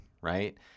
right